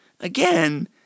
Again